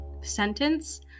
sentence